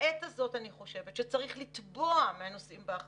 לעת הזו אני חושבת שצריך לתבוע מהנושאים באחריות,